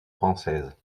française